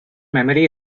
memory